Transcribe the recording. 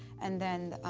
and then,